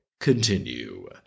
continue